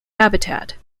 habitat